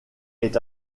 est